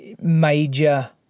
major